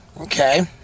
okay